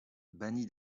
banni